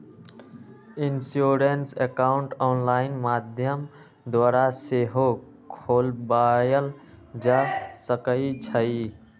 insurance account online माध्यम द्वारा सेहो खोलबायल जा सकइ छइ